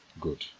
Good